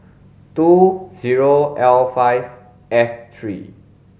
two zero L five F three